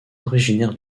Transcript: originaire